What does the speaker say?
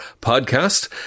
podcast